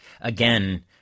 again